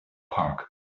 park